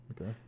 Okay